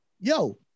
yo